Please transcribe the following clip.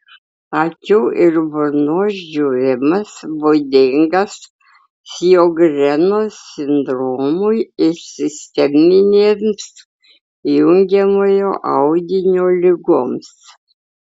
akių ir burnos džiūvimas būdingas sjogreno sindromui ir sisteminėms jungiamojo audinio ligoms